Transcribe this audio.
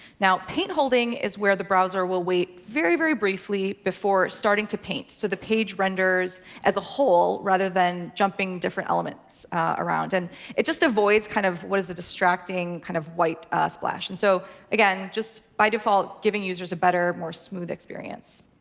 now, paint holding is where the browser will wait very, very briefly before starting to paint. so the page renders as a whole rather than jumping different elements around. and it just avoids kind of what is a distracting kind of white ah splash. and so again, just by default, giving users a better, more smooth experience.